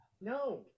no